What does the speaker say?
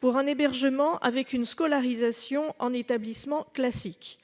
pour un hébergement avec une scolarisation en établissement classique.